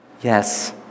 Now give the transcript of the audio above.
Yes